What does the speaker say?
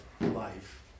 life